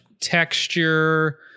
texture